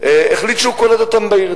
החליט שהוא קולט אותם בעיר,